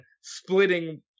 splitting